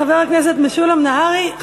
חבר הכנסת משולם נהרי.